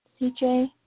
CJ